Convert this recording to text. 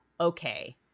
okay